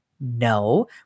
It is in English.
No